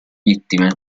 vittime